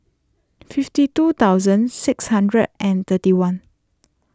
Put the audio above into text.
fifty two thousand six hundred and thirty one